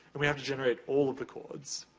and we have to generate all of the chords.